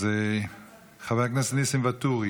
אז חבר הכנסת ניסים ואטורי: